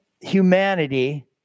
humanity